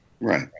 Right